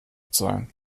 sein